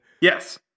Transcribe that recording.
Yes